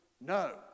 no